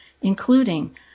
including